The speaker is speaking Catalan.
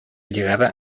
lligada